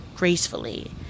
gracefully